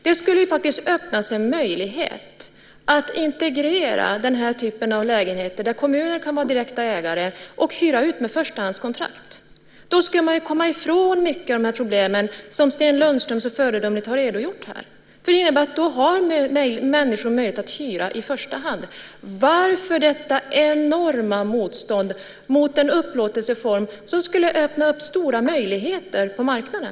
De skulle öppna för en möjlighet att integrera den här typen av lägenheter där kommuner kan vara direkta ägare och hyra ut med förstahandskontrakt. Då skulle man komma ifrån många av de problem som Sten Lundström så föredömligt redogjort för. Det skulle nämligen innebära att människor då hade möjlighet att hyra i första hand. Varför detta enorma motstånd mot en upplåtelseform som skulle skapa stora möjligheter på marknaden?